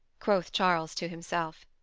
quoth charles to himself.